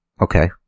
Okay